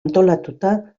antolatuta